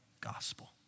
gospel